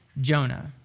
Jonah